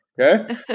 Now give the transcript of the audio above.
Okay